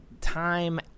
time